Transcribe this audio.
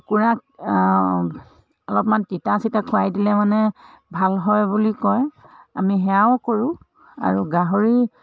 কুকুৰাক অলপমান তিতা চিতা খুৱাই দিলে মানে ভাল হয় বুলি কয় আমি সেয়াও কৰোঁ আৰু গাহৰি